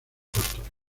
apóstoles